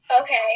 Okay